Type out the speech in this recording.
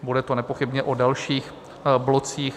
Bude to nepochybně o dalších blocích.